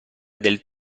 del